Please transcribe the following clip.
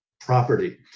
property